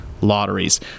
Lotteries